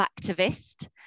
activist